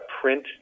print